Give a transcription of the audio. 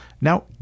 Now